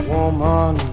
Woman